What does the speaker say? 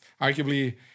arguably